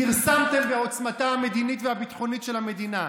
כרסמתם בעוצמתה המדינית והביטחונית של המדינה.